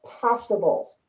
possible